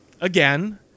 Again